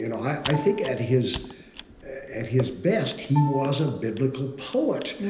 you know i think at his at his best he was a biblical poet.